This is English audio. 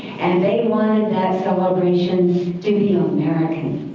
and they wanted that celebration to be american.